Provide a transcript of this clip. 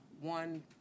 One